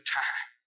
time